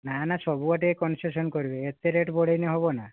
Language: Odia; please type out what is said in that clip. ନା ନା ସବୁଆଡ଼େ ଟିକେ କନ୍ସେସନ୍ କରିବେ ଏତେ ରେଟ୍ ବଢ଼ାଇଲେ ହେବନା